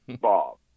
Bob